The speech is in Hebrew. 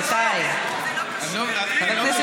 זה לא קשור.